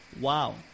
wow